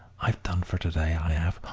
i've done for to-day, i ave.